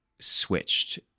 switched